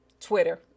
Twitter